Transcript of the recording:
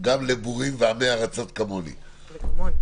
בגדול,